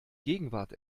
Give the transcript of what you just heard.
gegenwart